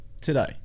today